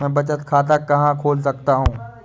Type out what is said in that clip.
मैं बचत खाता कहाँ खोल सकता हूँ?